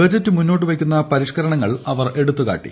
budget മുന്നോട്ടു വയ്ക്കുന്ന പരിഷ്ക്കരണങ്ങൾ അവർ എടുത്തുകാട്ടി